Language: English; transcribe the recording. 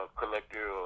collector